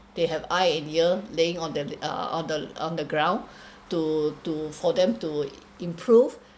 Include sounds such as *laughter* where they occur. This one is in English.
they they have eyes and ears laying on them uh on the on the ground *breath* to to for them to improve